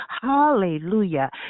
hallelujah